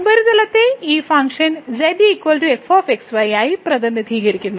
ഉപരിതലത്തെ ഈ function z f x y ആയി പ്രതിനിധീകരിക്കുന്നു